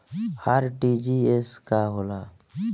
RTGS का होला?